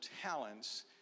talents